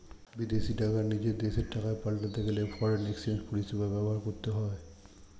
বিদেশী টাকা নিজের দেশের টাকায় পাল্টাতে গেলে ফরেন এক্সচেঞ্জ পরিষেবা ব্যবহার করতে হয়